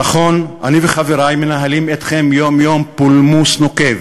נכון, אני וחברי מנהלים אתכם יום-יום פולמוס נוקב,